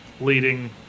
leading